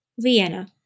Vienna